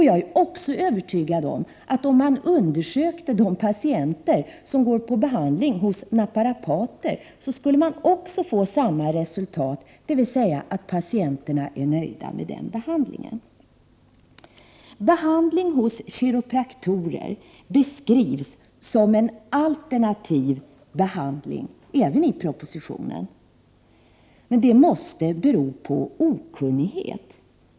Jag är övertygad om att man, om man gjorde undersökningar beträffande de patienter som går på behandling hos naprapater, skulle notera samma resultat — dvs. att patienterna är nöjda med den behandling som de får. Behandling hos kiropraktor beskrivs som en alternativ behandling även i propositionen. Men det måste bero på okunnighet.